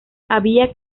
habían